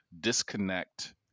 disconnect